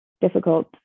difficult